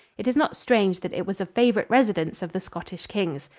it is not strange that it was a favorite residence of the scottish kings.